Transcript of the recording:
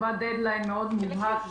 שקבעה דד-ליין מאוד מובהק וקשיח,